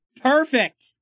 Perfect